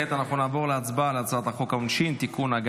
כעת נעבור להצבעה על הצעת חוק העונשין (תיקון,